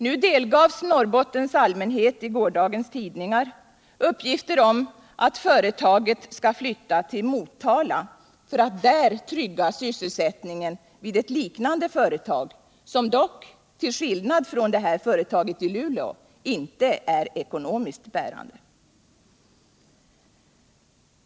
Nu delgavs Norrbottens allmänhet i gårdagens tidningar uppgifter om att företaget skall flytta till Motala för att där trygga sysselsättningen vid ett liknande företag, som dock till skillnad från företaget i Luleå inte är ekonomiskt bärande.